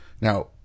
now